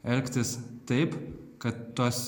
elgtis taip kad tuos